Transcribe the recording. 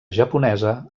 japonesa